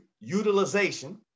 utilization